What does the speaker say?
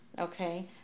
Okay